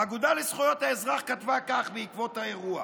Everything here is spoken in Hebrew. האגודה לזכויות האזרח כתבה כך בעקבות האירוע: